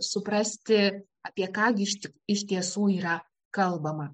suprasti apie ką gi iš tie iš tiesų yra kalbama